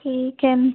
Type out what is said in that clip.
ठीक है